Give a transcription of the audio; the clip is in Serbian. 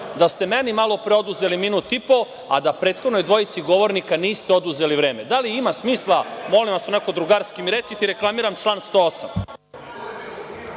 da ste meni malo pre oduzeli minut i po, a da prethodnoj dvojici govornika niste oduzeli vreme? Da li ima smisla, molim vas, onako drugarski mi recite? I reklamiram član 108.